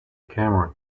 camera